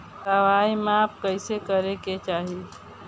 दवाई माप कैसे करेके चाही?